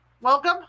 welcome